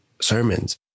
sermons